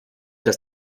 dass